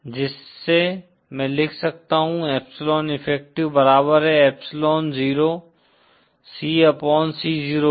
जिससे मैं लिख सकता हूं एप्सिलोन इफेक्टिव बराबर है एप्सिलोन0 C अपॉन C0 के